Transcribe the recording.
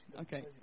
Okay